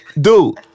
dude